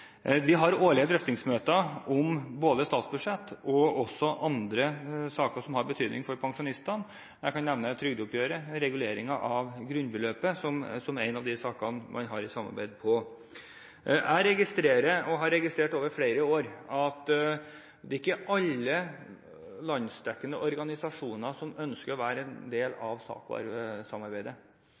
Vi har årlige drøftingsmøter om både statsbudsjett og andre saker som har betydning for pensjonistene. Jeg kan nevne trygdeoppgjøret, reguleringen av grunnbeløpet, som en av de sakene man har et samarbeid om. Jeg registrerer, og har over flere år registrert, at det ikke er alle landsdekkende organisasjoner som ønsker å være en del av